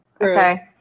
Okay